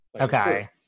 Okay